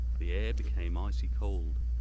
the air became icy-cold,